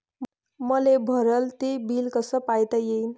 मले भरल ते बिल कस पायता येईन?